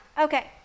Okay